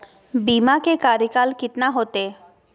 बीमा के कार्यकाल कितना होते?